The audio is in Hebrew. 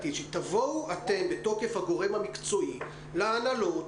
תבואו אותם בתוקף הגורם המקצועי להנהלת